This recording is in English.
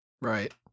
Right